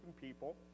people